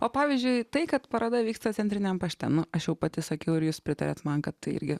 o pavyzdžiui tai kad paroda vyksta centriniam pašte nu aš jau pati sakiau ir jūs pritariat man kad tai irgi